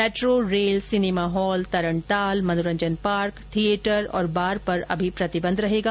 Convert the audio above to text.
metro rail cinema hall तरणताल मनोरंजन park theatre और बार पर अभी प्रतिबंध रहेगा